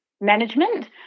management